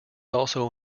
also